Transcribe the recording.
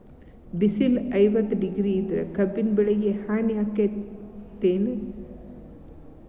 ಬಿಸಿಲ ಐವತ್ತ ಡಿಗ್ರಿ ಇದ್ರ ಕಬ್ಬಿನ ಬೆಳಿಗೆ ಹಾನಿ ಆಕೆತ್ತಿ ಏನ್?